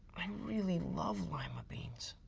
i really love lima beans.